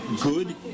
good